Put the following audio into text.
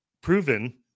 proven